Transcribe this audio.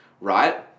Right